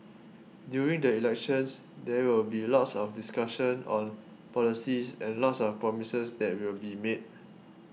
during the elections there will be lots of discussion on policies and lots of promises that will be made